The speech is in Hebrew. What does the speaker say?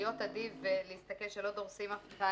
להיות אדיב ולהסתכל שלא דורסים אף אחד.